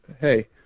Hey